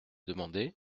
demander